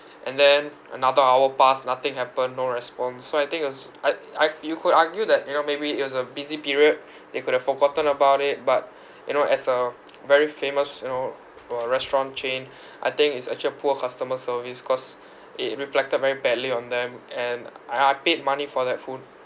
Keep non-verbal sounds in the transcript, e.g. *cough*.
and then another hour passed nothing happened no response so I think it was I I you could argue that you know maybe it was a busy period they could have forgotten about it but you know as a *noise* very famous you know uh restaurant chain I think it's actually a poor customer service cause i~ it reflected very badly on them and I I paid money for that food